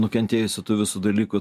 nukentėjusių tų visų dalykų